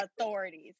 authorities